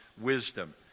wisdom